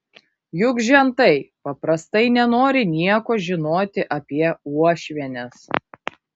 juk žentai paprastai nenori nieko žinoti apie uošvienes